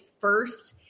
first